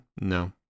no